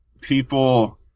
people